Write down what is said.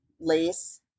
lace